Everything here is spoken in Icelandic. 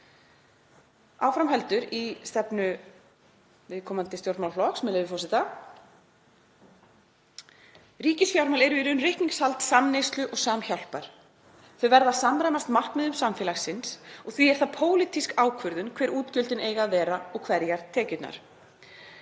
Áfram heldur í stefnu viðkomandi stjórnmálaflokks, með leyfi forseta: „Ríkisfjármál eru í raun reikningshald samneyslu og samhjálpar. Þau verða að samræmast markmiðum samfélagsins og því er það pólitísk ákvörðun hver útgjöldin eiga að vera og hverjar tekjurnar.